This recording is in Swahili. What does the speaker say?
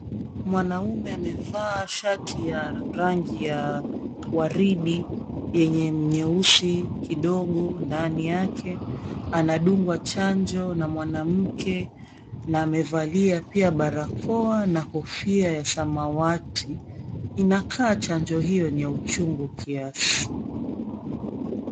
Mwanaume amevaa shati ya rangi ya waridi yenye nyeusi kidogo ndani yake. Anadungwa chanjo na mwanamke na amevalia pia barakoa na kofia ya samawati. Inakaa chanjo hiyo ni ya uchungu kiasi.